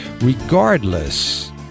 regardless